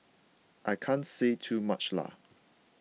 I can't say too much lah